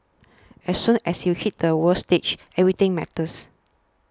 as soon as you hit the world stage everything matters